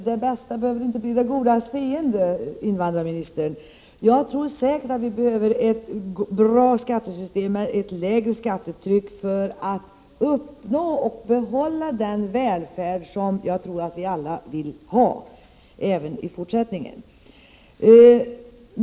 Herr talman! Vi kanske inte skall diskutera skattepolitik i denna del av debatten, men det bästa, invandrarministern, behöver inte bli det godas fiende. Jag tror säkert att vi behöver ett skattesystem med lägre skattetryck för att uppnå och kunna behålla den välfärd som jag tror att vi alla vill ha även i fortsättningen.